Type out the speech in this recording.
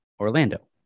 Orlando